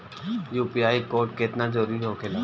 UPI code केतना जरुरी होखेला?